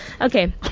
Okay